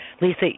Lisa